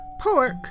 Pork